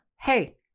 hey